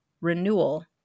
renewal